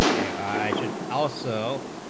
day i should also